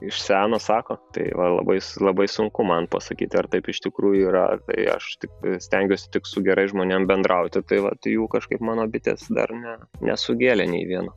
iš seno sako tai va labai labai sunku man pasakyti ar taip iš tikrųjų yra kai aš tik stengiuosi tik su gerais žmonėm bendrauti tai vat jų kažkaip mano bitės dar ne nesugėlė nei vieno